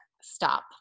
stop